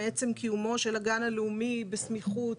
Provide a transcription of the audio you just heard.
מעצם קיומו של הגן הלאומי בסמיכות